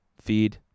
feed